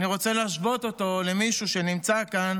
אני רוצה להשוות אותו למישהו שנמצא כאן